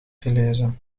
gelezen